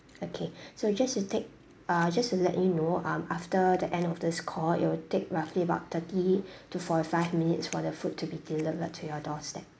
okay so just to take uh just to let you know um after the end of this call it will take roughly about thirty to forty five minutes for the food to be delivered to your doorstep